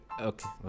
okay